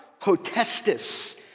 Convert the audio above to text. Potestis